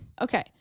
Okay